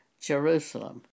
Jerusalem